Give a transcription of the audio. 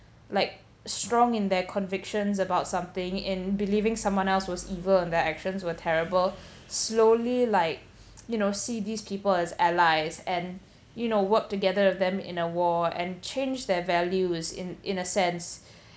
like strong in their convictions about something in believing someone else was evil and their actions were terrible slowly like you know see these people as allies and you know work together with them in a war and change their value is in in a sense